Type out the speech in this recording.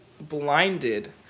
blinded